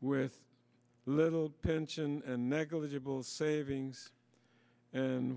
with little pension and negligible savings and